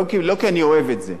לא כי אני אוהב את זה,